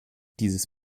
dieses